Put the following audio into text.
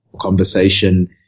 conversation